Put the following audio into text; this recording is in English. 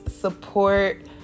support